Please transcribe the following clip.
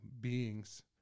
beings